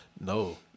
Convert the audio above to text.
No